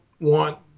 want